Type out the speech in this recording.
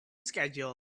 schedule